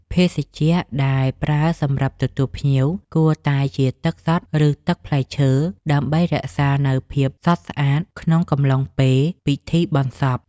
ភេសជ្ជៈដែលប្រើសម្រាប់ទទួលភ្ញៀវគួរតែជាទឹកសុទ្ធឬទឹកផ្លែឈើ គឺដើម្បីរក្សានូវភាពសុទ្ធស្អាតនៃចិត្តក្នុងកំឡុងពេលពិធីបុណ្យសព។